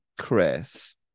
Chris